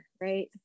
right